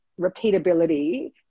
repeatability